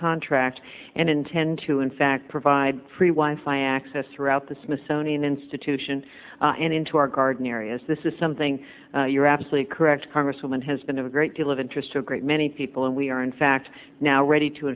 contract and intend to in fact provide free wife i x s throughout the smithsonian institution and into our garden areas this is something you're absolutely correct congresswoman has been of a great deal of interest to a great many people and we are in fact now ready to